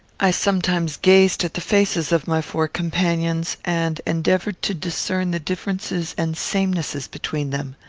i sometimes gazed at the faces of my four companions, and endeavoured to discern the differences and samenesses between them.